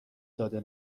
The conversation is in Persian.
داده